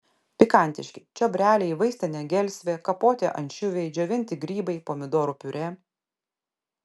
pikantiški čiobreliai vaistinė gelsvė kapoti ančiuviai džiovinti grybai pomidorų piurė